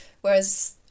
Whereas